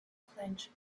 clinch